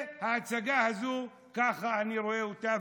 ההצגה הזאת, ככה אני רואה אותה.